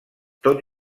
tot